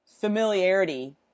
familiarity